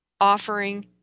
offering